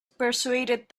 persuaded